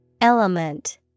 Element